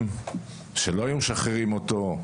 בווינגייט ולא היו משחררים אותו.